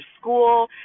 school